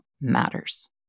matters